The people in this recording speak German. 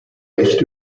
recht